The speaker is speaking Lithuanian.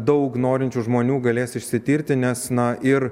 daug norinčių žmonių galės išsitirti nes na ir